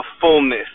fullness